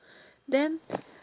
then